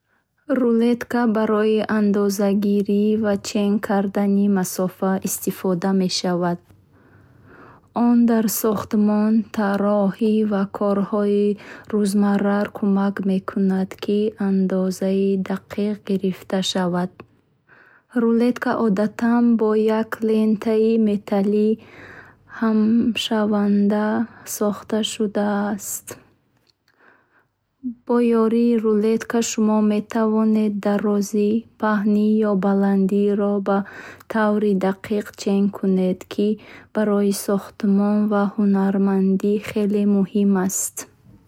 Рулетка барои андозагирӣ ва чен кардани масофа истифода мешавад Он дар сохтмон, тарроҳӣ ва корҳои рӯзмарра кумак мекунад, ки андозаи дақиқ гирифта шавад. Рулетка одатан бо як лентаи металлии хамшаванда сохта шудааст, ки онро осон метавон бурд ва нигоҳдорӣ кард. Бо ёрии рулетка шумо метавонед дарозӣ, паҳнӣ ё баландиро ба таври дақиқ чен кунед, ки барои сохтмон ва ҳунармандӣ хеле муҳим аст.